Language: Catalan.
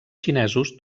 xinesos